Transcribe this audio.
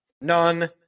none